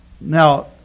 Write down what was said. Now